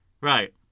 Right